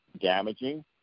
damaging